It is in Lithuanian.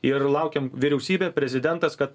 ir laukėm vyriausybė prezidentas kad